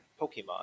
pokemon